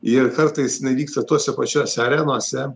ir kartais jinai vyksta tuose pačiose arenose